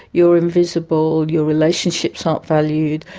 you are invisible, your relationships aren't valued,